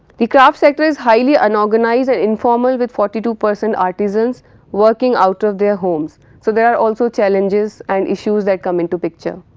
the craft sector is highly unorganised and informal with forty two percent artisans working out of their homes. so, there are also challenges and issues that come into picture.